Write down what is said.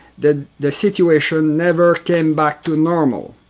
the the situation never came back to normal.